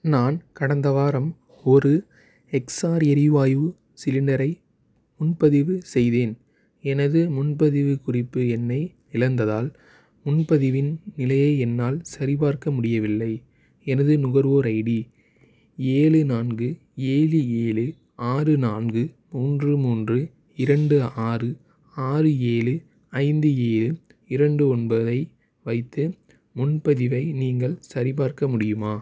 நான் கடந்த வாரம் ஒரு எக்ஸார் எரிவாய்வு சிலிண்டரை முன்பதிவு செய்தேன் எனது முன்பதிவு குறிப்பு எண்ணை இழந்ததால் முன்பதிவின் நிலையை என்னால் சரிபார்க்க முடியவில்லை எனது நுகர்வோர் ஐடி ஏழு நான்கு ஏழு ஏழு ஆறு நான்கு மூன்று மூன்று இரண்டு ஆறு ஆறு ஏழு ஐந்து ஏழு இரண்டு ஒன்பது ஐ வைத்து முன்பதிவை நீங்கள் சரிபார்க்க முடியுமா